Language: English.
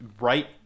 Right